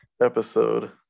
episode